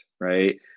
right